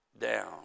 down